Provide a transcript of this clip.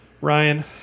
Ryan